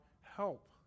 help